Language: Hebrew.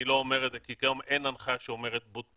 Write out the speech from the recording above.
אני לא אומר את זה כי אין הנחיה שאומרת שבודקים.